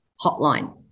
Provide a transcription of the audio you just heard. hotline